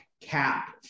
cap